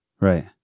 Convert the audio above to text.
Right